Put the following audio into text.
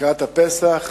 לקראת הפסח,